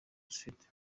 zifite